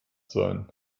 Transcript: sein